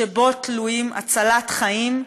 שבו תלויה הצלת חיים,